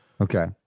Okay